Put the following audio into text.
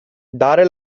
dare